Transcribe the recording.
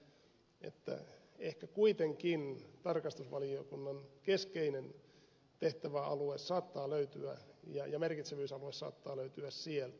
minä näen että ehkä kuitenkin tarkastusvaliokunnan keskeinen tehtävä ja merkitsevyysalue saattaa löytyä sieltä